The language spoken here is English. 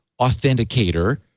authenticator